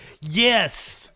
yes